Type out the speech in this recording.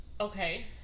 Okay